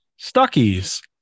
Stuckies